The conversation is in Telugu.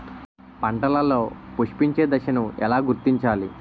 పంటలలో పుష్పించే దశను ఎలా గుర్తించాలి?